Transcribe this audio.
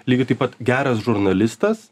lygiai taip pat geras žurnalistas